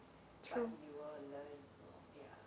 but you will learn ya